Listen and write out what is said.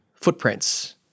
footprints